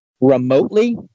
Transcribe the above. remotely